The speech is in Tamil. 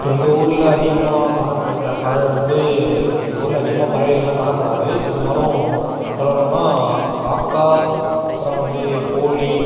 எங்கள் ஊரில் அதிகமாக காணப்படுற பறவை வந்து எங்கள் ஊரில் அதிகமாக பறவைகளெலாம் காணப்படாது இருந்தாலும் சொல்லணுன்னால் காக்கா அப்புறம் வந்து கோழி